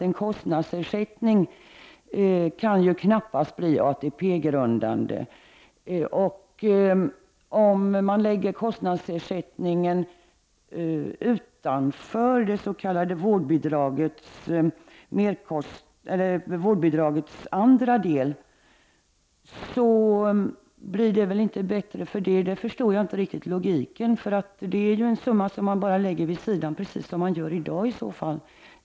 En kostnadsersättning kan ju knappast bli ATP-grundande. Om man lägger kostnadsersättningen utanför det s.k. vårdbidragets andra del, blir det väl inte bättre för det. Jag förstår inte riktigt den logiken. Det är ju en summa som bara läggs vid sidan av vårdbidraget, precis som sker i dag.